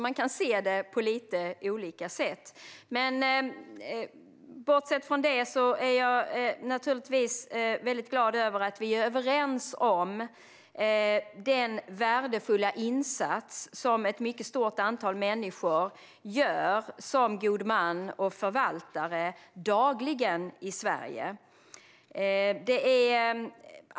Man kan se det på lite olika sätt. Bortsett från detta är jag naturligtvis mycket glad över att vi är överens om den värdefulla insats som ett mycket stort antal människor dagligen i Sverige gör som gode män och förvaltare.